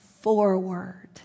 forward